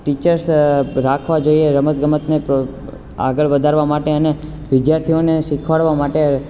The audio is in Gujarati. ટીચર્સ રાખવા જોઈએ રમત ગમત ને આગળ વધારવા માટે અને વિદ્યાર્થીઓને શીખાડવા માટે